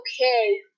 okay